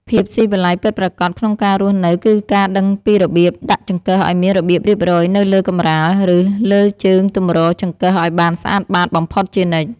ភាពស៊ីវិល័យពិតប្រាកដក្នុងការរស់នៅគឺការដឹងពីរបៀបដាក់ចង្កឹះឱ្យមានរបៀបរៀបរយនៅលើកម្រាល ឬ លើជើងទម្រចង្កឹះឱ្យបានស្អាតបាតបំផុតជានិច្ច។